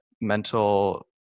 mental